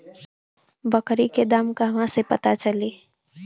बकरी के दाम कहवा से पता चली?